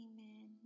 Amen